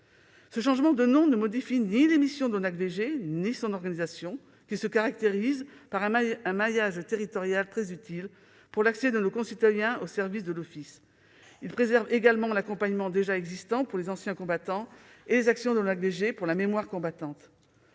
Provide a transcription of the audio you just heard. Ce changement de nom ne modifie ni les missions de l'ONACVG ni son organisation, laquelle se caractérise par un maillage territorial très utile pour l'accès de nos concitoyens aux services de l'Office. Il préserve également l'accompagnement déjà existant pour les anciens combattants et les actions de l'ONACVG pour la mémoire combattante.